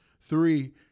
Three